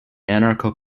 anarcho